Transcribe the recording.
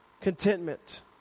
contentment